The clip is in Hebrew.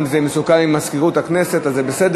אם זה מסוכם עם מזכירות הכנסת אז זה בסדר.